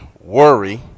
worry